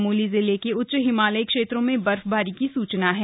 चमोली जिले के उच्च हिमालयी क्षेत्रों में बर्फबारी की सूचना है